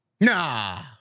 Nah